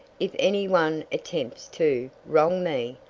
if any one attempts to wrong me,